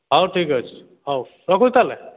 ହଉ ଠିକ୍ ଅଛି ହଉ ରଖୁଛି ତା'ହେଲେ